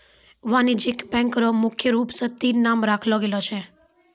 वाणिज्यिक बैंक र मुख्य रूप स तीन नाम राखलो गेलो छै